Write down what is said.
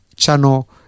Channel